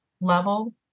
level